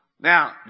Now